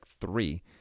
three